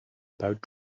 about